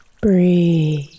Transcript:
Breathe